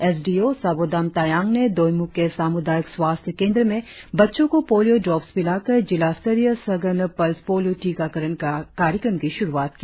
S D O Sabodam Tayang ने दोईमुख के सामुदायिक स्वास्थ्य केंद्र में बच्चों को पोलियों द्रोपस पिलाकर जिला स्तरीय सघन पल्स पोलियो टीकाकरण कार्यक्रम की शुरुआत की